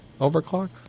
overclock